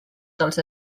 dels